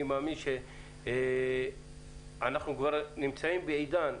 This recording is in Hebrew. אני מאמין שאנחנו כבר נמצאים בעידן,